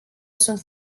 sunt